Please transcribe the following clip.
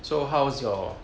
so how's your